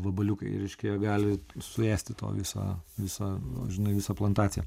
vabaliukai reiškia jie gali suėsti tau visą visą žinai visą plantaciją